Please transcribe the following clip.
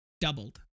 doubled